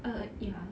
err ya